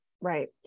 Right